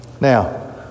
now